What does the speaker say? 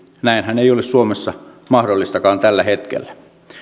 näinhän ei ole suomessa mahdollistakaan tällä hetkellä